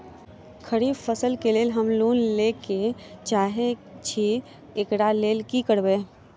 खरीफ फसल केँ लेल हम लोन लैके चाहै छी एकरा लेल की करबै?